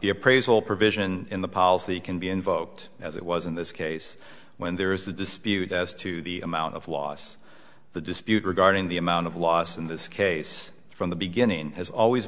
the appraisal provision in the policy can be invoked as it was in this case when there is a dispute as to the amount of loss the dispute regarding the amount of loss in this case from the beginning has always